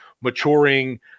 maturing